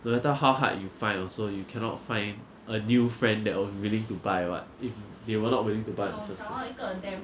no matter how hard you find also you cannot find a new friend that are willing to buy [what] if they were not willing to buy in the first place